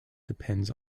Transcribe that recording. depends